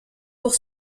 pour